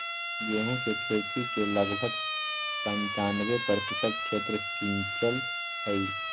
गेहूं के खेती के लगभग पंचानवे प्रतिशत क्षेत्र सींचल हई